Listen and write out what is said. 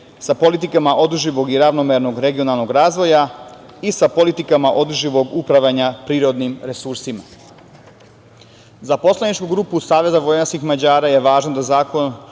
sa politikom održivog i ravnomernog regionalnog razvoja i sa politikama održivog upravljanja prirodnim resursima.Za poslaničku grupu SVM je važno da Zakon